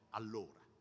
allora